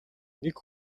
нэг